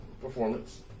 performance